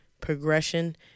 progression